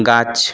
গাছ